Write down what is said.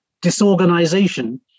disorganization